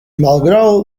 malgraŭ